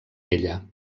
ella